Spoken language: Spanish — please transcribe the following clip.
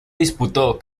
disputó